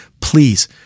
Please